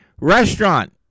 restaurant